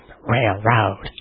Railroad